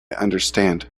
understand